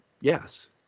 yes